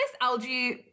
algae